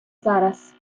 зараз